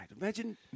imagine